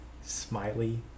smiley